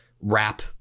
rap